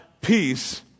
peace